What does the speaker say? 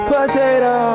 Potato